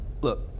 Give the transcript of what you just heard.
look